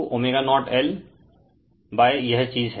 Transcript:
Rω0Lयह चीज़ हैं